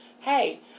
hey